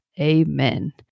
amen